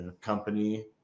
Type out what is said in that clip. company